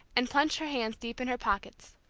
and plunged her hands deep in her pockets.